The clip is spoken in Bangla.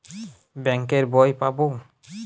বাংক এর বই পাবো?